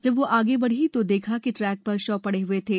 जब वह आगे बढ़ी तो देखा कि ट्रैक पर शव पड़े हुए थे